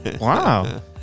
Wow